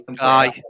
Aye